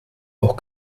auch